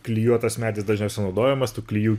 klijuotas medis dažniausiai naudojamas tų klijų